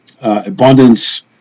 abundance